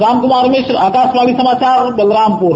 रामकुमार मिश्र आकाशवाणी समाचार बलरामपुर